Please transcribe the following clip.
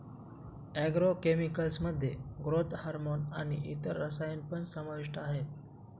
agro chemicals मध्ये growth hormone आणि इतर रसायन पण समाविष्ट आहेत